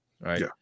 Right